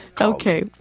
Okay